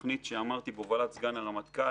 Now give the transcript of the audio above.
התוכנית בהובלת סגן הרמטכ"ל.